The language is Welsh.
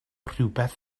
rhywbeth